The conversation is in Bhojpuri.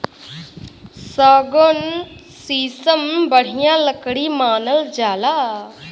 सौगन, सीसम बढ़िया लकड़ी मानल जाला